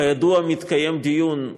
כידוע, מתקיים דיון,